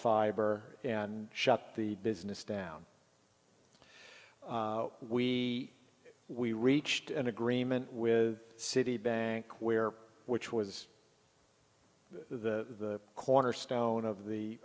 fiber and shut the business down we we reached an agreement with citibank where which was the cornerstone of the